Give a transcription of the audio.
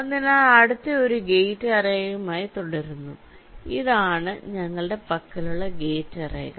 അതിനാൽ അടുത്ത ഒരു ഗേറ്റ് അറേകളുമായി തുടരുന്നു ഇത് ആണ് ഞങ്ങളുടെ പക്കലുള്ള ഗേറ്റ് അറേകൾ